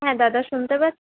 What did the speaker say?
হ্যাঁ দাদা শুনতে